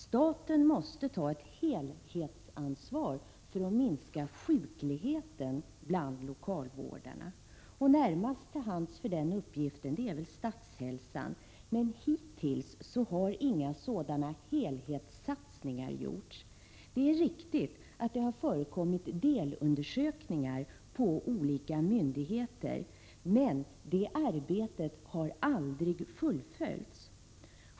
Staten måste ta ett helhetsansvar för att minska sjukligheten bland lokalvårdarna. Närmast till hands för den uppgiften är väl Statshälsan. Men hittills har inga sådana helhetssatsningar gjorts. Det är riktigt att det har förekommit delundersökningar inom olika myndigheter, men det arbetet har aldrig fullföljts.